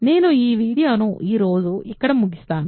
నేను ఈ వీడియోను ఈరోజు ఇక్కడ ముగిస్తాను